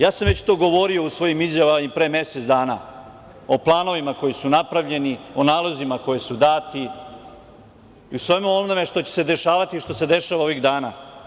Ja sam već to govorio u svojim izjavama i pre mesec dana, o planovima koji su napravljeni, o nalozima koji su dati i o svemu onome što će se dešavati i što se dešava ovih dana.